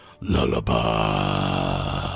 Lullaby